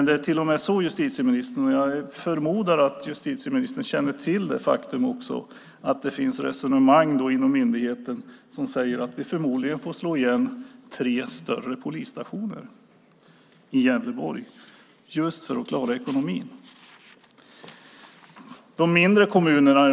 Det är till och med så, justitieministern - jag förmodar att justitieministern känner till detta faktum också - att det finns resonemang inom myndigheten som säger att man förmodligen får slå igen tre större polisstationer i Gävleborg, just för att klara ekonomin.